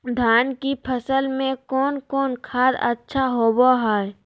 धान की फ़सल में कौन कौन खाद अच्छा होबो हाय?